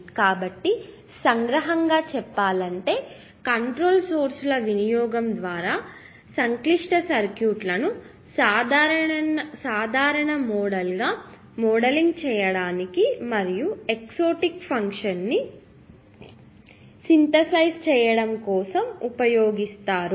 కాబట్టి సంగ్రహంగా చెప్పాలంటే కంట్రోల్ సోర్స్ ల వినియోగం ద్వారా సంక్లిష్ట సర్క్యూట్లను సాధారణ మోడల్ గా మోడలింగ్ చేయడానికి మరియు ఎక్సోటిక్ ఫంక్షన్ ని సింథసైజ్ చేయడం కోసం ఉపయోగిస్తారు